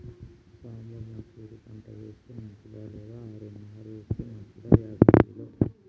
సాంబ మషూరి పంట వేస్తే మంచిదా లేదా ఆర్.ఎన్.ఆర్ వేస్తే మంచిదా యాసంగి లో?